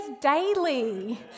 daily